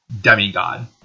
demigod